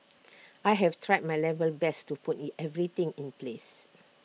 I have tried my level best to put in everything in place